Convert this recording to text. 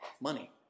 money